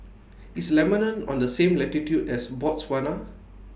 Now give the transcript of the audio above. IS Lebanon on The same latitude as Botswana